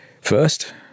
first